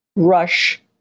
Rush